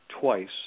twice